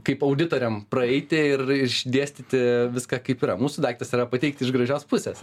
kaip auditoriam praeiti ir išdėstyti viską kaip yra mūsų daiktas yra pateikti iš gražios pusės